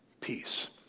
Peace